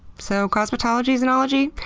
so cosmetology is an ology.